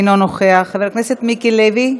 אינו נוכח, חבר הכנסת מיקי לוי,